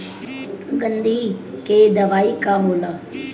गंधी के दवाई का होला?